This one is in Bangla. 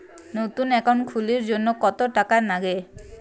নতুন একাউন্ট খুলির জন্যে কত টাকা নাগে?